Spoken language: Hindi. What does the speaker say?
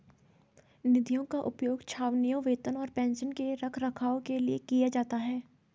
निधियों का उपयोग छावनियों, वेतन और पेंशन के रखरखाव के लिए किया जाता है